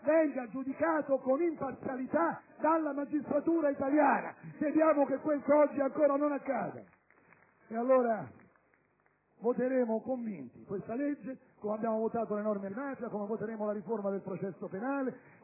venga giudicato con imparzialità dalla magistratura italiana. Temiamo che questo oggi ancora non accada. *(Applausi dai Gruppi PdL e LNP)*. Voteremo convinti questa legge, come abbiamo votato le norme antimafia, come voteremo la riforma del processo penale,